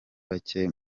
bake